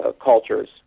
cultures